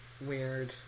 weird